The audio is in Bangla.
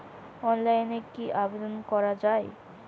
অনলাইনে কি আবেদন করা য়ায়?